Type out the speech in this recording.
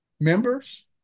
members